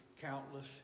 countless